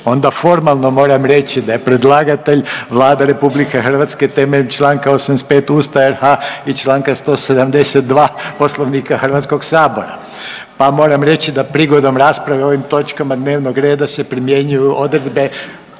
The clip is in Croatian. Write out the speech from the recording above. Onda formalno moram reći da je predlagatelj Vlada RH temeljem Članka 85. Ustava RH i Članka 172. Poslovnika Hrvatskog sabora. Pa moram reći da prigodom rasprave o ovim točkama dnevnog reda se primjenjuju odredbe